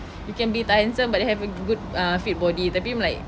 you can be tak handsome but then have a good uh fit body tapi I'm like